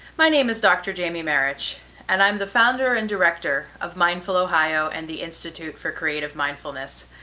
my name is dr. jamie marich and i'm the founder and director of mindful ohio and the institute for creative mindfulness.